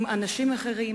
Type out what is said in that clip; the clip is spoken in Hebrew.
עם אנשים אחרים,